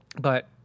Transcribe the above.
but-